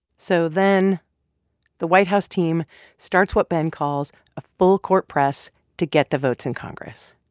so then the white house team starts what ben calls a full-court press to get the votes in congress